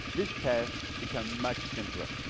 this task becomes much simpler.